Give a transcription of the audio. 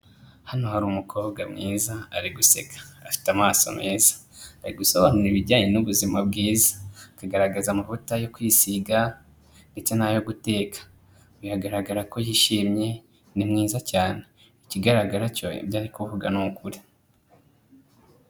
Hano hari umukobwa mwiza ari guseka afite amaso meza, ari gusobanurira ibijyanye n'ubuzima bwiza, akagaragaza amavuta yo kwisiga ndetse n'ayo guteka, bigaragara ko yishimye ni mwiza cyane, ikigaragara cyo ibyo ari kuvuga ni ukuri.